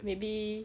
maybe